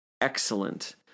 excellent